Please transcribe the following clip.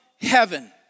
heaven